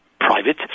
private